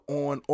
on